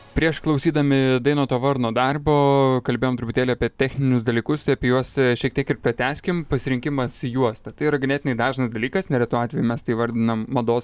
prieš klausydami dainoto varno darbo kalbėjom truputėlį apie techninius dalykus tai apie juos šiek tiek ir pratęskim pasirinkimas juosta tai yra ganėtinai dažnas dalykas neretu atveju mes tai įvardinam mados